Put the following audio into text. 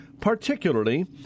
particularly